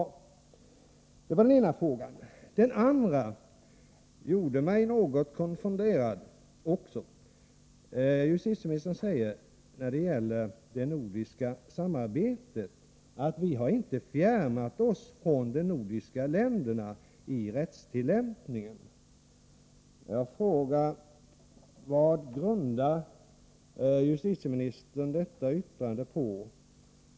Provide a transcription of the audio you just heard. Det var den ena frågan. Jag blev också något konfunderad då justitieministern i sitt senaste inlägg beträffande det nordiska samarbetet sade, att vi inte har fjärmat oss från de nordiska länderna i fråga om rättstillämpningen. Jag frågar: Vad grundar justitieministern detta yttrande på?